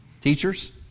Teachers